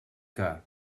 que